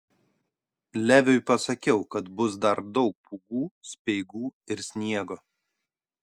leviui pasakiau kad bus dar daug pūgų speigų ir sniego